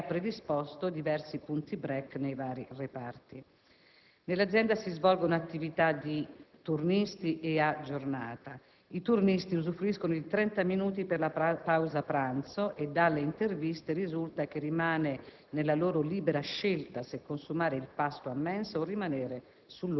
che ha predisposto diversi "punti *break*" nei vari reparti. Nell'azienda si svolgono attività di "turnisti" e "a giornata". I turnisti usufruiscono di trenta minuti per la pausa pranzo e dalle interviste risulta che rimane nella loro libera scelta se consumare il pasto a mensa o rimanere sul